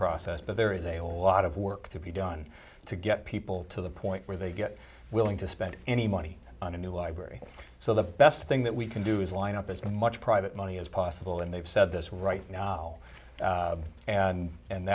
process but there is a whole lot of work to be done to get people to the point where they get willing to spend any money on a new library so the best thing that we can do is line up as much private money as possible and they've said this right now well and and